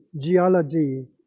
geology